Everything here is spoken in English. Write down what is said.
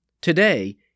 Today